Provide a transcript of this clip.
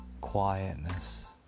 quietness